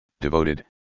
devoted